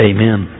Amen